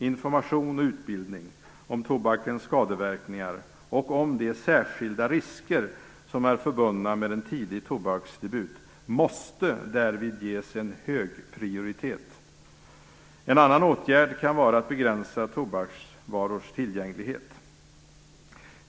Information och utbildning om tobakens skadeverkningar och om de särskilda risker som är förbundna med en tidig tobaksdebut måste därför ges en hög prioritet. En annan åtgärd kan vara att begränsa tobaksvarors tillgänglighet.